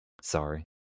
sorry